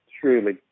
truly